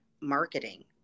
marketing